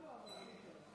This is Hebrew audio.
כבוד היושב-ראש,